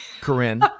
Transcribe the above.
corinne